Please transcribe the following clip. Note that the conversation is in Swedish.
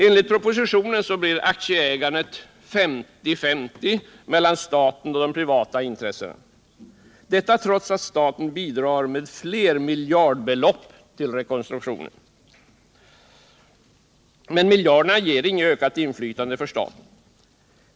Enligt propositionen blir aktieägandet 50-50 mellan staten och de privata intressena — detta trots att staten bidrar med flermiljardbelopp till rekonstruktionen. Men miljarderna ger inget ökat inflytande för staten.